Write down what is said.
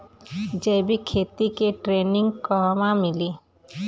जैविक खेती के ट्रेनिग कहवा मिली?